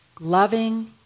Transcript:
loving